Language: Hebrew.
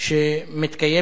שמתקיימת,